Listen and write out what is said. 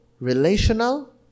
relational